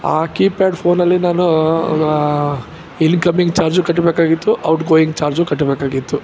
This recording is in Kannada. ಆ ಕೀಪ್ಯಾಡ್ ಫೋನಲ್ಲಿ ನಾನು ಇನ್ಕಮಿಂಗ್ ಚಾರ್ಜು ಕಟ್ಟಬೇಕಾಗಿತ್ತು ಔಟ್ಗೋಯಿಂಗ್ ಚಾರ್ಜು ಕಟ್ಟಬೇಕಾಗಿತ್ತು